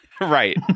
Right